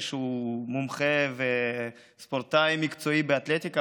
שהוא מומחה וספורטאי מקצועי באתלטיקה,